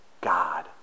God